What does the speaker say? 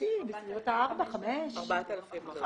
לדעתי, בסביבות 5,000-4,000 שקלים.